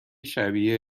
شبیه